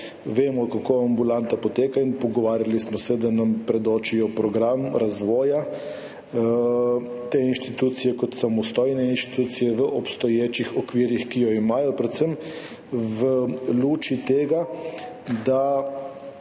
Vemo, kako ambulanta poteka, in pogovarjali smo se, da nam predočijo program razvoja te inštitucije kot samostojne institucije v obstoječih okvirih, ki jo imajo, predvsem v luči tega, da